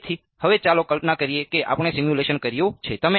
તેથી હવે ચાલો કલ્પના કરીએ કે આપણે સિમ્યુલેશન કર્યું છે